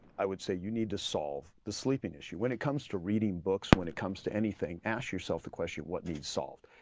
i would say, you need to solve the sleeping issue. when it comes to reading books, when it comes to anything, ask yourself the question, what the solved?